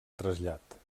trasllat